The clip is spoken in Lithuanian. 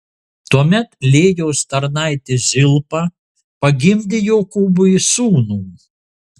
tuomet lėjos tarnaitė zilpa pagimdė jokūbui sūnų